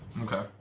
Okay